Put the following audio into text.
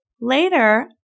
Later